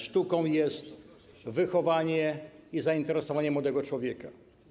Sztuką jest wychowanie i zainteresowanie młodego człowieka.